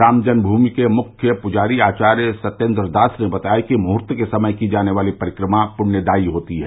राम जन्ममूमि के मुख्य पुजारी आचार्य सत्येद्र दास ने बताया कि मुहूर्त के समय की जाने वाली परिक्रमा पुण्यदायी होती है